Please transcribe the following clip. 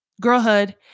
girlhood